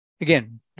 Again